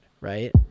right